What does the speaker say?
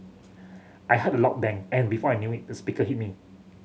I heard a loud bang and before I knew it the speaker hit me